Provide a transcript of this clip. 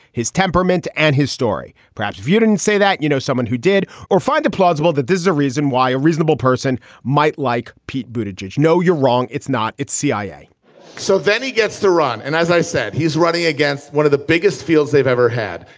his temperament and his story. perhaps you didn't say that you know someone who did or find a plausible that this is a reason why a reasonable person might like pete booted jej. no, you're wrong. it's not. it's cia so then he gets to run. and as i said, he's running against one of the biggest fields they've ever had.